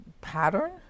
pattern